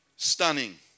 stunning